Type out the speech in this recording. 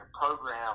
program